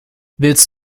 willst